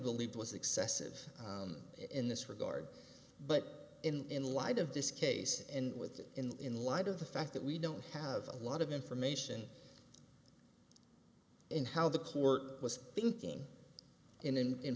believed was excessive in this regard but in light of this case and with that in light of the fact that we don't have a lot of information in how the court was thinking in i